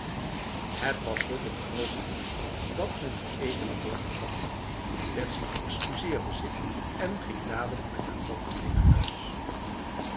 het was zulk een groot nieuws dat men het eten erdoor vergat betsy excuseerde zich en ging dadelijk met haar tante mee naar huis